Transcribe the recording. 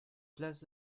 place